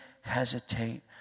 hesitate